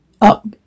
up